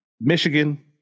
Michigan